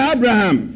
Abraham